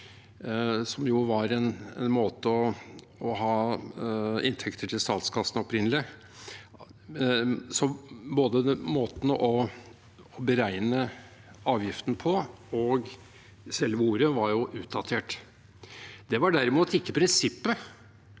var en måte å få inntekter til statskassen på. Både den måten å beregne avgiften på og selve ordet var altså utdatert. Det var derimot ikke prinsippet